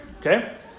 Okay